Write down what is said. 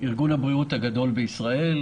אנחנו ארגון הבריאות הגדול בישראל,